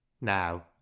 Now